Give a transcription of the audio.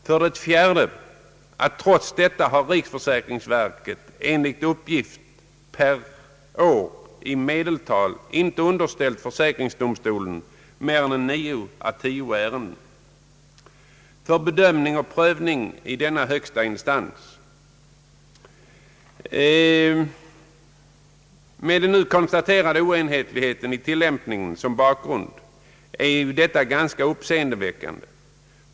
För det fjärde har riksförsäkringsverket trots detta enligt uppgift per år i medeltal icke underställt försäkringsdomstolen mer än 9—10 ärenden för bedömning och prövning. Med den nu konstaterade oenhetligheten i tillämpningen som bakgrund är detta ganska uppseendeväckande.